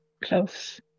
close